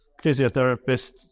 physiotherapists